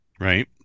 right